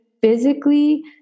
physically